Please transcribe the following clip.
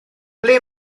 ble